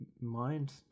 mind